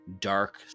Dark